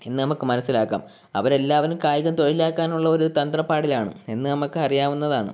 എന്ന് നമുക്ക് മനസ്സിലാക്കാം അവരെല്ലാവരും കായികം തൊഴിലാക്കാൻ ഉള്ളൊരു തന്ത്രപ്പാടിലാണ് എന്ന് നമുക്ക് അറിയാവുന്നതാണ്